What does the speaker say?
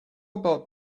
about